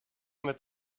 mit